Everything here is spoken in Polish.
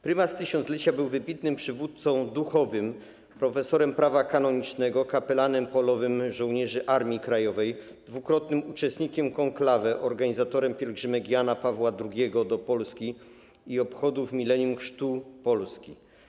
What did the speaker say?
Prymas Tysiąclecia był wybitnym przywódcą duchowym, profesorem prawa kanonicznego, kapelanem polowym żołnierzy Armii Krajowej, dwukrotnym uczestnikiem konklawe, organizatorem pielgrzymek Jana Pawła II do Polski i obchodów milenium chrztu Polski.